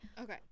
Okay